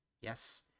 Yes